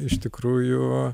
iš tikrųjų